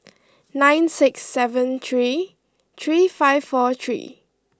nine six seven three three five four three